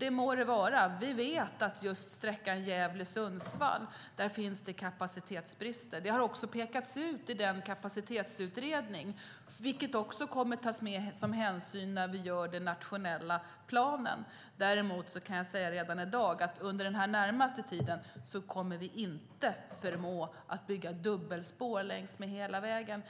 Ja, må så vara. Vi vet att på sträckan Gävle-Sundsvall finns kapacitetsbrist. Det har också pekats ut i Kapacitetsutredningen, vilket man även kommer att ta hänsyn till i den nationella planen. Däremot kan jag redan i dag säga att vi under den närmaste tiden inte kommer att förmå att bygga dubbelspår längs hela sträckan.